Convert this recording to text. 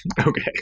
Okay